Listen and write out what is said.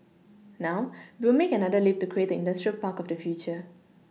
now we will make another leap to create the industrial park of the future